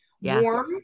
warm